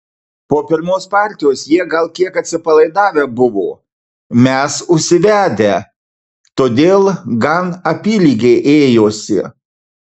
po pirmos partijos jie gal kiek atsipalaidavę buvo mes užsivedę todėl gan apylygiai ėjosi